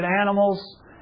animals